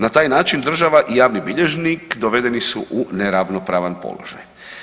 Na taj način država i javni bilježnik dovedeni su u neravnopravan položaj.